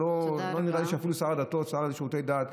לא נראה לי שאפילו שר הדתות, השר לשירותי דת,